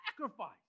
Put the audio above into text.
sacrifice